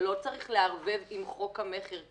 ולא צריך לערבב עם חוק המכר,